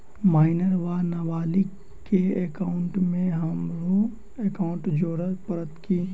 Minor वा नबालिग केँ एकाउंटमे हमरो एकाउन्ट जोड़य पड़त की?